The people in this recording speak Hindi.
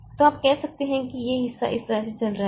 तो आप कह सकते हैं कि यह हिस्सा इस तरह से चल रहा है